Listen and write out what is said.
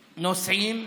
נוסעים,